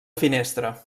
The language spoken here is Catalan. finestra